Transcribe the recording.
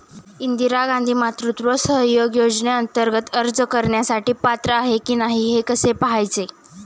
इंदिरा गांधी मातृत्व सहयोग योजनेअंतर्गत अर्ज करण्यासाठी पात्र आहे की नाही हे कसे पाहायचे?